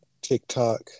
TikTok